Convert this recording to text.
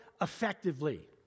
effectively